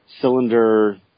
cylinder